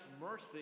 mercy